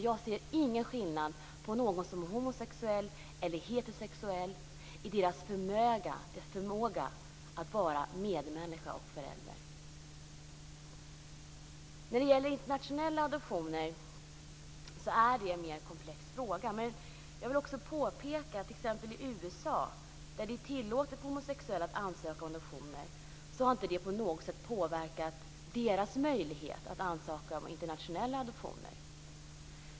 Jag ser ingen skillnad mellan någon som är homosexuell eller heterosexuell i förmågan att vara medmänniska och förälder. Internationella adoptioner är en mera komplex fråga. Men i t.ex. USA är det tillåtet för homosexuella att ansöka om adoption, och det har inte på något sätt påverkat homosexuellas möjligheter att ansöka om internationella adoptioner.